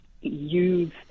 Use